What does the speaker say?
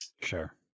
Sure